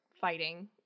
fighting